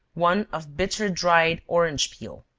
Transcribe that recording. one of bitter dried orange peel.